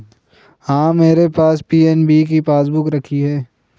हाँ, मेरे पास पी.एन.बी की पासबुक रखी है